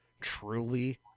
truly